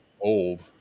old